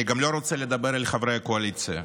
אני גם לא רוצה לדבר אל חברי הקואליציה.